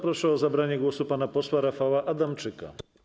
Proszę o zabranie głosu pana posła Rafała Adamczyka.